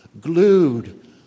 glued